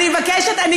את ההצעה,